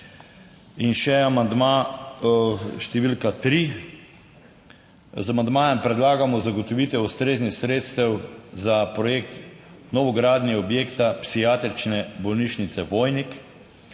In še amandma številka 3. Z amandmajem predlagamo zagotovitev ustreznih sredstev za projekt novogradnje objekta psihiatrične bolnišnice Vojnik.